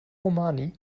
romani